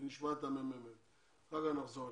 נשמע את מרכז המחקר והמידע ואחר כך נחזור אליך.